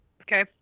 Okay